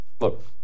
Look